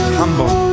humble